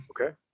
okay